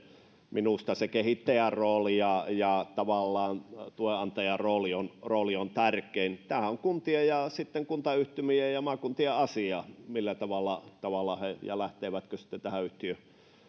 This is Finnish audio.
minusta se kehittäjän rooli ja ja tavallaan työnantajan rooli on rooli on tärkein tämä on kuntien ja sitten kuntayhtymien ja ja maakuntien asia millä tavalla tavalla ja lähtevätkö ne sitten tähän yhtiöön